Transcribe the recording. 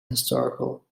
historical